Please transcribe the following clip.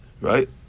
right